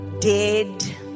dead